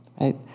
right